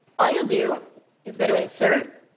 all you'll do is go to insert,